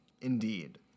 Indeed